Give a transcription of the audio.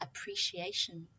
appreciation